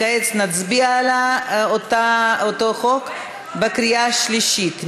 כעת נצביע על אותו חוק בקריאה השלישית.